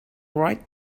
right